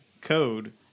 code